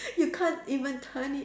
you can't even turn it